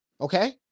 Okay